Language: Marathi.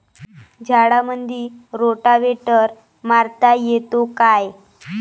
झाडामंदी रोटावेटर मारता येतो काय?